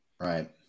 Right